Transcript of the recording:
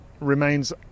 remains